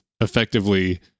effectively